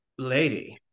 Lady